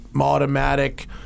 automatic